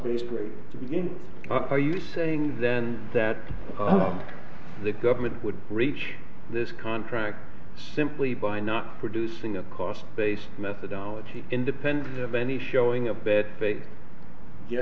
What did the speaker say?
base great to be in are you saying then that the the government would reach this contract simply by not producing a cost based methodology independent of any showing a bad day ye